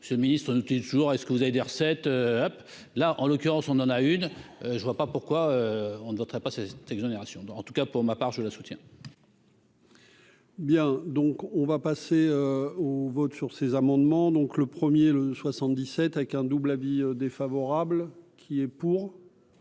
hein, ce ministre une petite jours est-ce que vous avez des recettes, hop là en l'occurrence, on en a une, je ne vois pas pourquoi on ne voteraient pas cette exonération, en tout cas pour ma part, je la soutiens. Bien, donc on va passer au vote sur ces amendements, donc le 1er le 77 avec un double avis défavorable qui est pour.